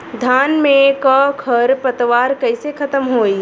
धान में क खर पतवार कईसे खत्म होई?